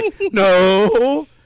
no